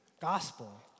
gospel